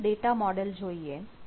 Dynamo નું data model જોઈએ